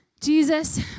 Jesus